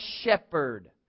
shepherd